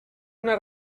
una